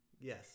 Yes